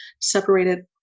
separated